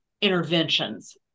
interventions